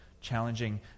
challenging